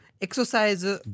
exercise